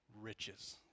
riches